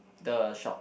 the shop